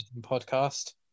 Podcast